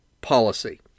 policy